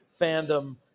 fandom